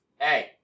Hey